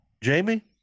Jamie